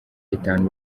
itanu